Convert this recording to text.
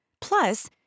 Plus